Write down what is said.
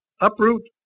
Uproot